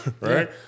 Right